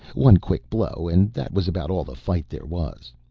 one quick blow and that was about all the fight there was.